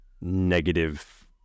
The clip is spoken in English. negative